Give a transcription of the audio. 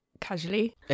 Casually